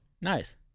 Nice